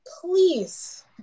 please